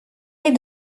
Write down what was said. est